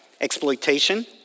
exploitation